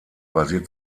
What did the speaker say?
basiert